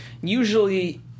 usually